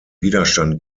widerstand